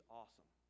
awesome